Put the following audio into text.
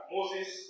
Moses